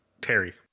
terry